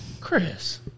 Chris